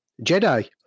Jedi